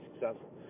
successful